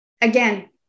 again